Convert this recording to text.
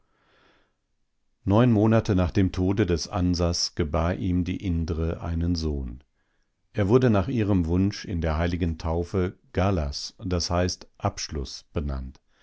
neun monate nach dem tode des ansas gebar ihm die indre einen sohn er wurde nach ihrem wunsch in der heiligen taufe galas das heißt abschluß benannt